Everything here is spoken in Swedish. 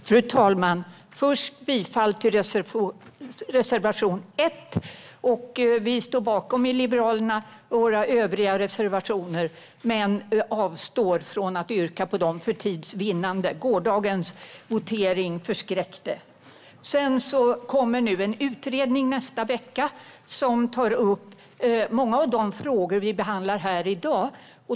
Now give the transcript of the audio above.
Fru talman! Först vill jag yrka bifall till reservation 1. Vi liberaler står bakom våra övriga reservationer men avstår för tids vinnande från att yrka på dem. Gårdagens votering förskräckte. En utredning kommer nästa vecka som tar upp många av de frågor som vi behandlar här i dag.